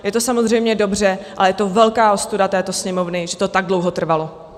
Je to samozřejmě dobře, ale je to velká ostuda této Sněmovny, že to tak dlouho trvalo.